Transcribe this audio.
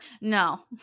No